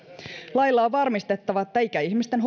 lailla on varmistettava että ikäihmisten